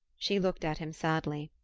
she looked at him sadly.